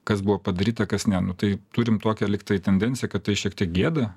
kas buvo padaryta kas ne nu tai turim tokią lyg tai tendenciją kad tai šiek tiek gėda